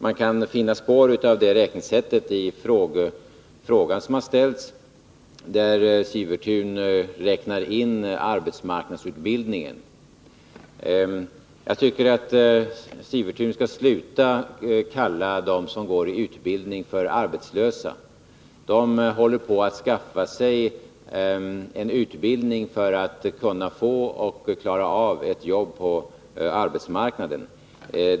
Man finner spår av det räknesättet i den fråga som han har ställt, där han räknar in arbetsmarknadsutbildningen. Jag tycker att Ulf Sivertun skall sluta kalla dem som går i utbildningar arbetslösa. De håller på att skaffa sig en utbildning för att kunna få och klara av ett jobb på arbetsmarknaden.